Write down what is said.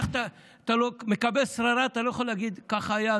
כשאתה מקבל שררה אתה לא יכול להגיד: כך היה,